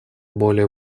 более